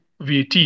VAT